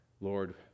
Lord